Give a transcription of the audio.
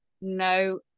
no